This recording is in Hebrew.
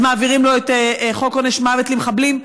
אז מעבירים לו את חוק עונש מוות למחבלים.